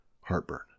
heartburn